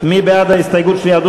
פיתוח מבני דת,